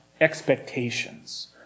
expectations